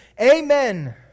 Amen